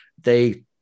they-